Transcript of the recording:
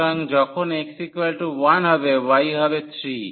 সুতরাং যখন x 1 হবে y হবে 3